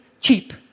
cheap